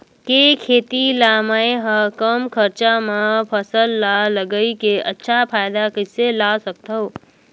के खेती ला मै ह कम खरचा मा फसल ला लगई के अच्छा फायदा कइसे ला सकथव?